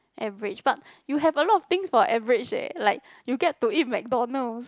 average but you have a lot of things for average leh like you get to eat McDonald's